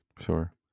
sure